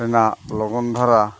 ᱨᱮᱱᱟᱜ ᱞᱚᱜᱚᱱ ᱫᱷᱟᱨᱟ